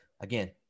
Again